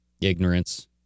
Ignorance